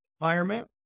environment